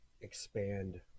expand